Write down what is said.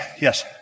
Yes